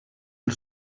del